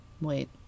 wait